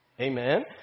Amen